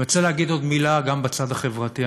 אני רוצה להגיד עוד מילה גם בצד החברתי.